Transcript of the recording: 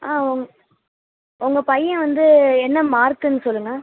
ஆ உங்க உங்கள் பையன் வந்து என்ன மார்க்குன்னு சொல்லுங்கள்